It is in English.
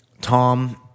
Tom